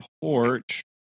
porch